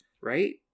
right